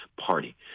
party